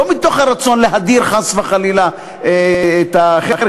לא מתוך הרצון להדיר חס וחלילה את האחר,